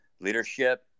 leadership